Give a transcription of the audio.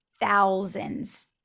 thousands